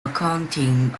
accounting